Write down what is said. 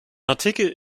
artikel